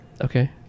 Okay